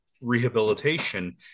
rehabilitation